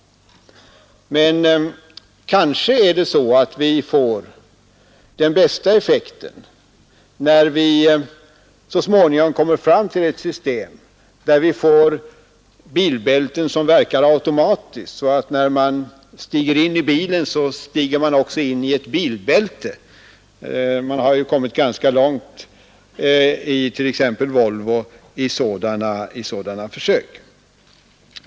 Men kanske får vi den bästa effekten när vi så småningom kommer fram till ett system med bilbälten som verkar automatiskt, så att man när man stiger in i bilen också stiger in i ett bilbälte. Man har kommit ganska långt hos t.ex. Volvo med sådana försök.